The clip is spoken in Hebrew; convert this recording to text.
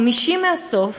חמישי מהסוף,